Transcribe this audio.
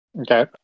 Okay